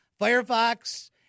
Firefox